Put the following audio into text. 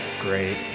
great